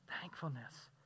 thankfulness